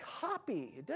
copy